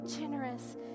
generous